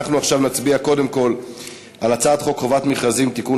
אנחנו עכשיו נצביע קודם כול על הצעת חוק חובת המכרזים (תיקון,